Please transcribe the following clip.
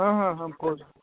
پوٚز